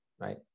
right